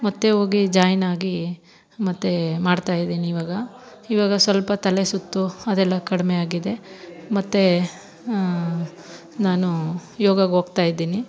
ಮತ್ತು ಹೋಗಿ ಜಾಯ್ನ್ ಆಗಿ ಮತ್ತು ಮಾಡ್ತಾಯಿದೀನ್ ಇವಾಗ ಇವಾಗ ಸಲ್ಪ ತಲೆಸುತ್ತು ಅದೆಲ್ಲ ಕಡಿಮೆ ಆಗಿದೆ ಮತ್ತು ನಾನು ಯೋಗಾಗೆ ಹೋಗ್ತಾಯಿದ್ದೀನಿ